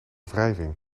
wrijving